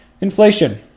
inflation